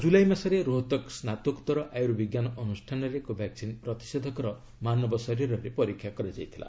ଗତ ଜୁଲାଇ ମାସରେ ରୋହତକ ସ୍ନାତକୋତ୍ତର ଆର୍ୟୁବିଜ୍ଞାନ ଅନୁଷ୍ଠାନରେ କୋଭାକ୍ସିନ୍ ପ୍ରତିଷେଧକର ମାନବ ଶରୀରେ ପରୀକ୍ଷା କରାଯାଇଥିଲା